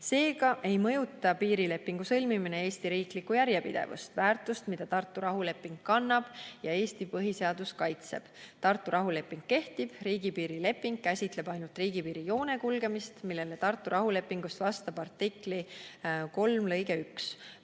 Seega ei mõjuta piirilepingu sõlmimine Eesti riiklikku järjepidevust, väärtust, mida Tartu rahuleping kannab ja Eesti põhiseadus kaitseb. Tartu rahuleping kehtib. Riigipiirileping käsitleb ainult riigipiirijoone kulgemist, millele Tartu rahulepingus vastab artikli 3 lõige 1.